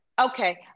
Okay